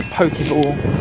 pokeball